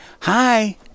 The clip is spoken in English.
Hi